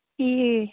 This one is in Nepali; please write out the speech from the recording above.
ए